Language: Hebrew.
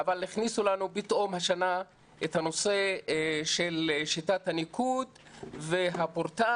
הכניסו לנו פתאום השנה את הנושא של שיטת הניקוד והפורטל